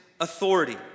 authority